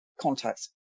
contacts